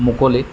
মুকলি